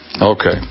Okay